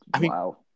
Wow